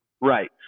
right